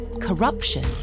corruption